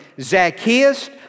Zacchaeus